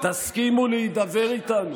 תסכימו להידבר איתנו.